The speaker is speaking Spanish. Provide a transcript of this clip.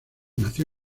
nació